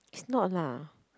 it's not lah